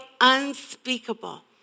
unspeakable